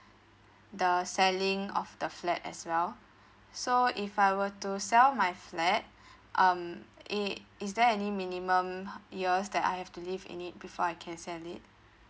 the selling of the flat as well so if I were to sell my flat um is is there any minimum years that I've to live in it before I can sell it